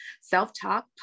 self-talk